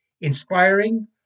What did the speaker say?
inspiring